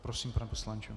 Prosím, pane poslanče.